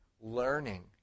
learning